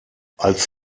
als